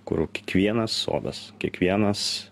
kur kiekvienas sodas kiekvienas